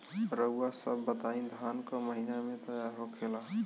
रउआ सभ बताई धान क महीना में तैयार होखेला?